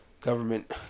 government